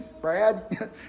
Brad